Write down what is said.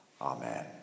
Amen